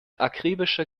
akribischer